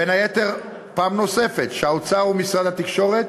בין היתר, פעם נוספת, שהאוצר ומשרד התקשורת